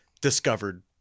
discovered